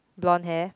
blonde hair